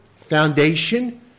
foundation